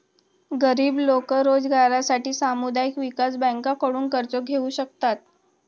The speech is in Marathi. गरीब लोक रोजगारासाठी सामुदायिक विकास बँकांकडून कर्ज घेऊ शकतात